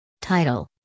Title